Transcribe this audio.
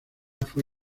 fue